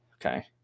Okay